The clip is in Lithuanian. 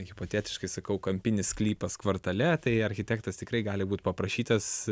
hipotetiškai sakau kampinis sklypas kvartale tai architektas tikrai gali būt paprašytas